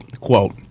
quote